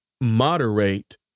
moderate